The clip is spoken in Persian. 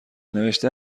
نوشته